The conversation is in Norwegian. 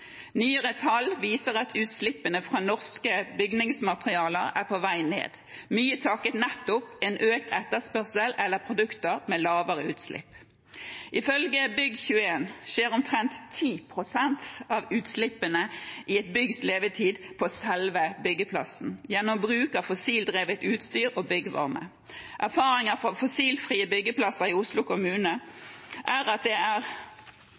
Nyere tall viser at utslippene fra norske bygningsmaterialer er på vei ned, mye takket være nettopp økt etterspørsel etter produkter med lavere utslipp. Ifølge Bygg21 skjer omtrent 10 pst. av utslippene i et byggs levetid på selve byggeplassen gjennom bruk av fossildrevet utstyr og byggvarme. Erfaring fra fossilfrie byggeplasser i Oslo kommune er at det ikke er